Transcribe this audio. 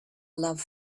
love